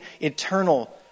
eternal